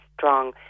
strong